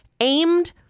aimed